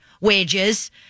wages